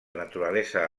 naturalesa